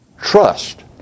trust